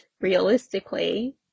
realistically